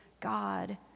God